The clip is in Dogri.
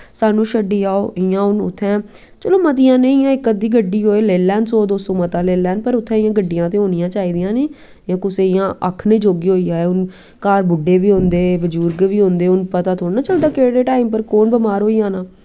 स्हानू छड्डी आओ इयां हून उत्थें चलो मतियां नेंई इयां इक्क अध्दी गड्डी लेई लैन कोई सौ दो सौ मता लेई लैन पर उत्थै इयां गड्डियां ते होनियां चाही दियां कुसै इयां आक्खने जोगे होई जा हून घर बुड्ढे बी होंदे बजुर्ग बी होंदे हुन पता थोह्ड़े चलदा केह्ड़े टैम पर कु'न बमार होई जाना